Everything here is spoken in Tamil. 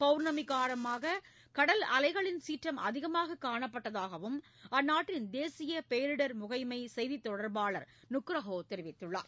பவுர்ணமி காரணமாக கடல் அலைகளின் சீற்றம் அதிகமாக காணப்பட்டதாகவும் அந்நாட்டின் தேசிய பேரிடர் முகமை செய்தித் தொடர்பாளர் நுக்ரோஹோ தெரிவித்துள்ளார்